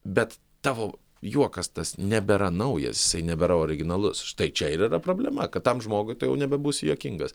bet tavo juokas tas nebėra naujas nebėra originalus štai čia ir yra problema kad tam žmogui tu jau nebebūsi juokingas